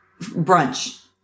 brunch